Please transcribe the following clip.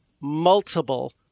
multiple